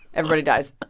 everybody dies